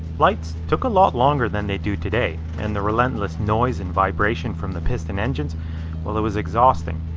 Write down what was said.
flights took a lot longer than they do today and the relentless noise and vibration from the piston engines well it was exhausting.